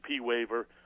waiver